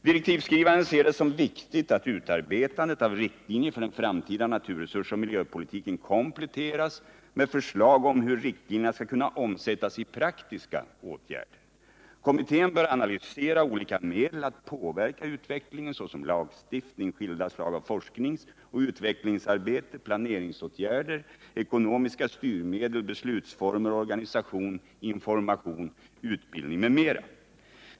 Direktivskrivaren ser det som viktigt att utarbetandet av riktlinjer för den framtida naturresursoch miljöpolitiken kompletteras med förslag om hur riktlinjerna skall kunna omsättas i praktiska åtgärder. Kommittén bör 173 Nr 48 analysera olika medel att påverka utvecklingen såsom lagstiftning, skilda slag av forskningsoch utvecklingsarbete, planeringsåtgärder, ekonomiska styrmedel, beslutsformer, organisation, information och utbildning.